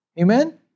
Amen